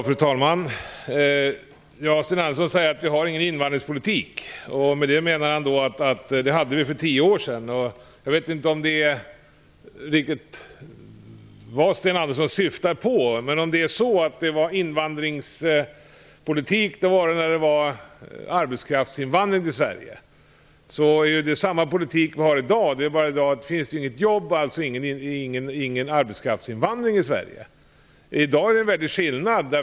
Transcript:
Fru talman! Sten Andersson säger att vi inte har någon invandringspolitik. Han menar att vi hade det för tio år sedan. Jag vet inte riktigt vad Sten Andersson syftar på. Anser han att vi hade en invandringspolitik när det var arbetskraftsinvandring till Sverige? Vi har samma politik i dag. Det är bara det att det i dag inte finns några jobb. Därför är det ingen arbetskraftsinvandring till Sverige. I dag är det en väldig skillnad.